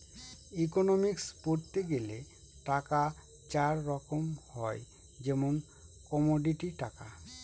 economics পড়তে গেলে টাকা চার রকম হয় যেমন কমোডিটি টাকা